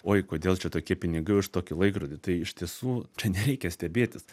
oi kodėl čia tokie pinigai už tokį laikrodį tai iš tiesų čia nereikia stebėtis